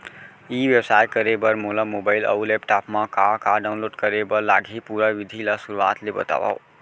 ई व्यवसाय करे बर मोला मोबाइल अऊ लैपटॉप मा का का डाऊनलोड करे बर लागही, पुरा विधि ला शुरुआत ले बतावव?